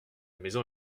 maison